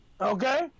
Okay